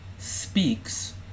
speaks